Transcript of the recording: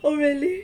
oh really